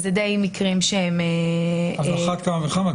זה מקרים --- על אחת כמה וכמה,